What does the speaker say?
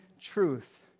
truth